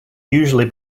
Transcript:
usually